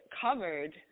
covered